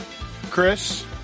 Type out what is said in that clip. Chris